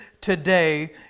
today